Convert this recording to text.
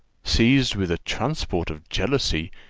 seized with a transport of jealousy,